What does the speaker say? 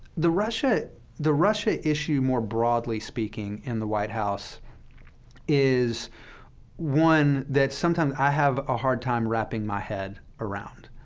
the russia the russia issue more broadly speaking in the white house is one that sometimes i have a hard time wrapping my head around,